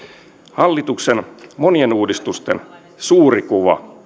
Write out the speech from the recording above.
hallituksen monien uudistusten suuri kuva